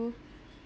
to